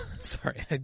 Sorry